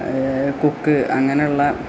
കൊക്ക് അങ്ങനെയുള്ള